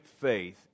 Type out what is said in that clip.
faith